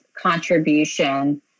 contribution